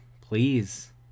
please